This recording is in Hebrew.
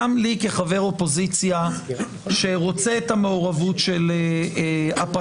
גם לי כחבר אופוזיציה שרוצה את המעורבות של הפרקליטות